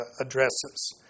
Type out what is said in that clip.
addresses